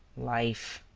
life,